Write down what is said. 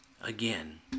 Again